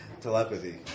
Telepathy